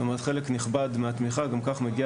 זאת אומרת חלק נכבד מהתמיכה גם כך מגיע